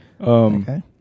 Okay